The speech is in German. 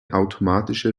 automatische